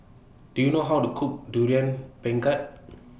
Do YOU know How to Cook Durian Pengat